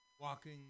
walking